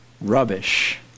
rubbish